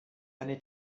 eine